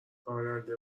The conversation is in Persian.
راننده